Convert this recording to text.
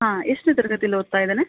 ಹಾಂ ಎಷ್ಟು ತರಗತಿಯಲ್ಲಿ ಓದ್ತಾ ಇದ್ದಾನೆ